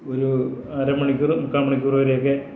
ഒരു അര മണിക്കൂറ് മുക്കാൽ മണിക്കൂർ വരെയൊക്കെ